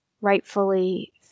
rightfully